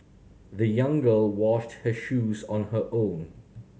the young girl washed her shoes on her own